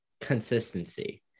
consistency